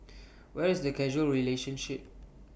where is the causal relationship